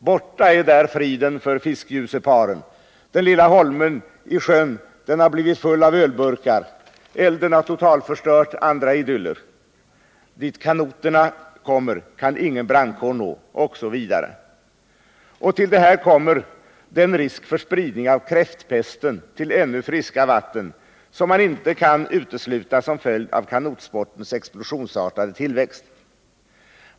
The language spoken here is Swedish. Borta är friden för fiskgjuseparen, den lilla holmen i sjön har blivit full av ölburkar, elden har totalförstört andra idyller, dit kanoterna kommer kan ingen brandkår nå, osv. Till detta kommer den risk för spridning av kräftpesten till ännu friska vatten som man inte kan utesluta som följd av kanotsportens explosionsartade tillväxt.